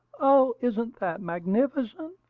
oh, isn't that magnificent!